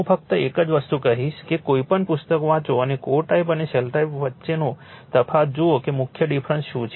હું ફક્ત એક જ વસ્તુ કહીશ કે કોઈપણ પુસ્તક વાંચો અને કોર ટાઈપ અને શેલ પ્રકાર વચ્ચેનો તફાવત જુઓ કે મુખ્ય ડિફરન્ટ શું છે